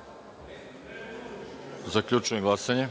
Đurišića. Zaključujem glasanje: